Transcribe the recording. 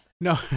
No